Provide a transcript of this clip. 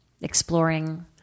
exploring